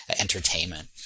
entertainment